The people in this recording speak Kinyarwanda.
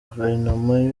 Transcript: gouvernement